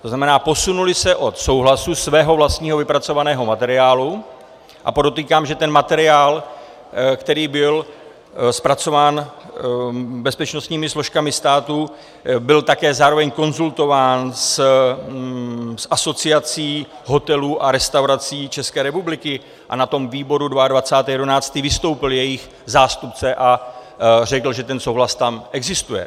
To znamená, posunuli se od souhlasu svého vlastního vypracovaného materiálu a podotýkám, že ten materiál, který byl zpracován bezpečnostními složkami státu, byl také zároveň konzultován s Asociací hotelů a restaurací České republiky a na tom výboru 22. 11. vystoupil jejich zástupce a řekl, že ten souhlas tam existuje.